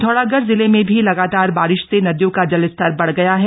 पिथौरागढ जिले में भी लगातार बारिश से नदियों का जलस्तर बढ़ गया है